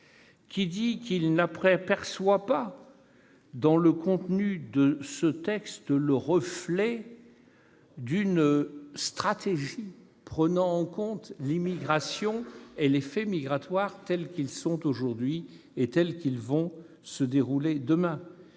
Conseil d'État ne trouve pas dans le contenu de ce texte le reflet d'une stratégie prenant en compte l'immigration et les faits migratoires tels qu'ils sont aujourd'hui et tels qu'ils se dérouleront demain.